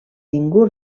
ningú